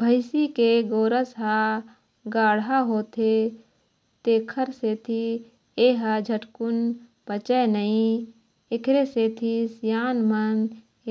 भइसी के गोरस ह गाड़हा होथे तेखर सेती ए ह झटकून पचय नई एखरे सेती सियान मन